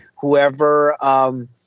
Whoever